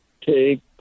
take